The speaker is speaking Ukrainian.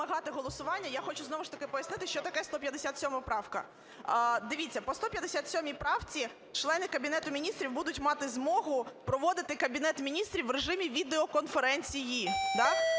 Я хочу знову ж таки пояснити, що таке 157 правка. Дивіться, по 157 правці члени Кабінету Міністрів будуть мати змогу проводити Кабінет Міністрів в режимі відеоконференції,